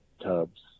tubs